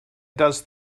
does